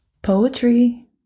Poetry